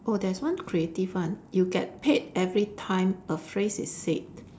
oh there's one creative one you get paid every time a phrase is said